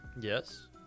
Yes